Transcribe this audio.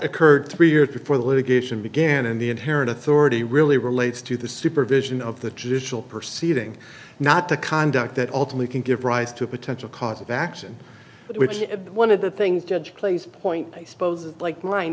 occurred three years before the litigation began and the inherent authority really relates to the supervision of the judicial proceeding not the conduct that ultimately can give rise to a potential cause of action which one of the things judge plays point i suppose like mine